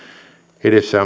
edessä